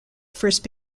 first